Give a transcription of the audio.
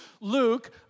Luke